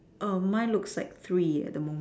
um mine looks like three at the moment